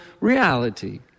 reality